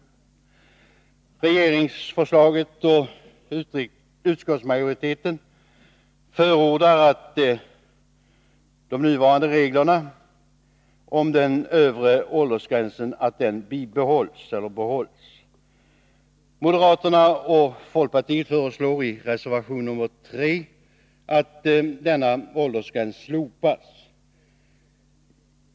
I regeringsförslaget och utskottsmajoritetens skrivning förordas att de nuvarande reglerna om en övre åldersgräns behålls. Moderata samlingspartiet och folkpartiet föreslår i reservation 3 att denna åldersgräns slopas.